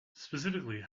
specifically